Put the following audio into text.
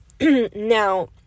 Now